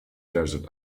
desert